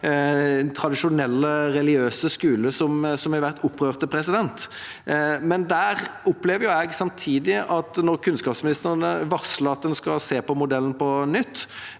tradisjonelle religiøse skoler som har vært opprørt. Der opplever jeg samtidig at når kunnskapsministeren varsler at en skal se på modellen på nytt,